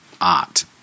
art